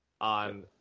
on